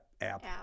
App